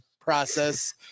process